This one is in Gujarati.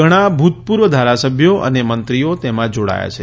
ઘણા ભુતપુર્વ ધારાસભ્યો અને મંત્રીઓ તેમાં જોડાયા છે